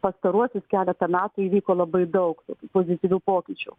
pastaruosius keletą metų įvyko labai daug pozityvių pokyčių